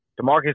DeMarcus